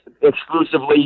exclusively